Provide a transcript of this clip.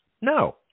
No